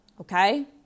Okay